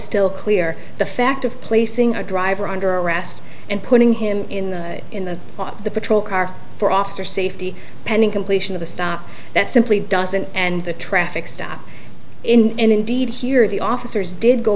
still clear the fact of placing a driver under arrest and putting him in the in the top of the patrol car for officer safety pending completion of a stop that simply doesn't and the traffic stop indeed here the officers did go